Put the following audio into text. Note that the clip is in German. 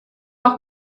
auch